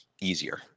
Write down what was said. easier